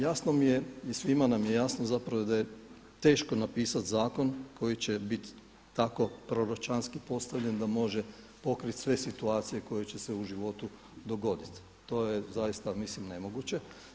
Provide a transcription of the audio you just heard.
Jasno mi je i svima nam je jasno da je teško napisati zakon koji će biti tako proročanski postavljen da može pokriti sve situacije koje će se u životu dogoditi, to je zaista nemoguće.